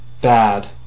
Bad